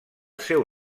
seu